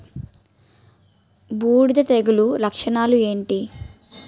బూడిద తెగుల లక్షణాలు ఏంటి?